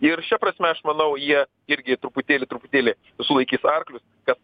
ir šia prasme aš manau jie irgi truputėlį truputėlį sulaikys arklius kas